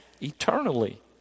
eternally